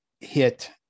hit